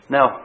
Now